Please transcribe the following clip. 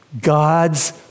God's